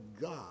God